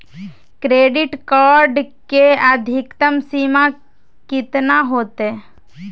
Credit card के अधिकतम सीमा कितना होते?